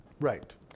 Right